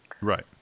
Right